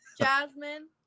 Jasmine